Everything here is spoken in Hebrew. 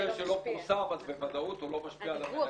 מקרה שלא פורסם אז בוודאות הוא לא משפיע על המניה.